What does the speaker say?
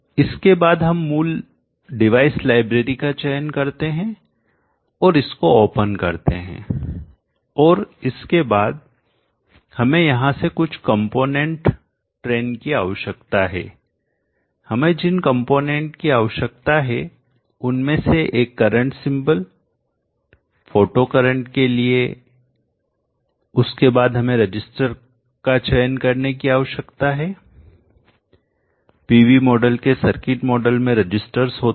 इसके बाद हम मूल डिवाइस लाइब्रेरी का चयन करते हैं और इसको ओपन करते हैं और इसके बाद हमें यहां से कुछ कंपोनेंट की आवश्यकता है हमें जिन कंपोनेंट की आवश्यकता है उनमें से एक करंट सिंबल फोटो करंट के लिए उसके बाद हमें रजिस्टर का चयन करने की आवश्यकता है PV मॉडल के सर्किट मॉडल में रजिस्टर्स होते हैं